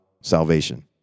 salvation